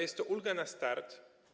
Jest to ulga na start.